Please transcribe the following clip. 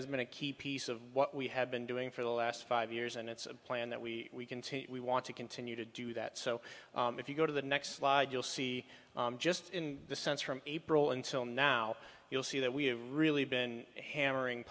has been a key piece of what we have been doing for the last five years and it's a plan that we continue we want to continue to do that so if you go to the next slide you'll see just in the sense from april until now you'll see that we have really been hammering